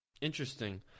Interesting